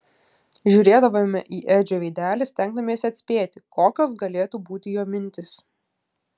žiūrėdavome į edžio veidelį stengdamiesi atspėti kokios galėtų būti jo mintys